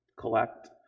collect